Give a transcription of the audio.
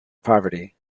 poverty